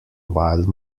while